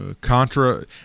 Contra –